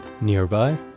Nearby